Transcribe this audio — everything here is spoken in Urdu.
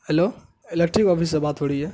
ہیلو الیکٹرک آفس سے بات ہو رہی ہے